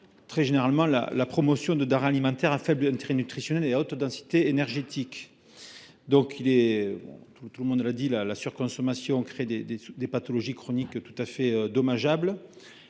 très généralement la promotion de denrées alimentaires à faible intérêt nutritionnel et à haute densité énergétique. Tout le monde l’a souligné, la surconsommation crée des pathologies chroniques tout à fait dommageables.